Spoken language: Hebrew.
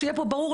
שיהיה פה ברור.